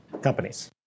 companies